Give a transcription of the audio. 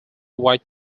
white